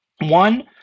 One